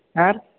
ಹಾಂ